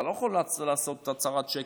אתה לא יכול לעשות הצהרת שקר,